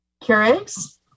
Keurigs